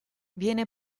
viene